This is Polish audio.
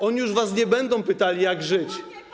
Oni już was nie będą pytali, jak żyć.